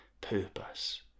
purpose